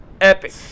Epic